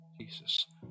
Jesus